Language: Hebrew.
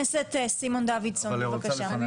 סימון דוידסון בבקשה.